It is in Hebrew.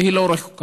והיא לא רחוקה.